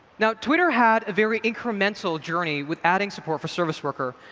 now, twitter had a very incremental journey with adding support for service worker.